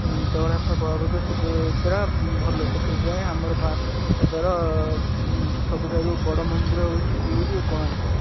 ଜଗନ୍ନାଥ ବଳଭଦ୍ର ସୁଭଦ୍ରା ଭଲ ସେଥିପାଇଁ ଆମର ସବୁଠାରୁ ବଡ଼ ମନ୍ଦିର ହେଉଛି ପୁରୀ ଓ କୋଣାର୍କ